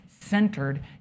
centered